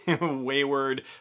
wayward